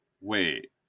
wait